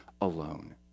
alone